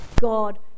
God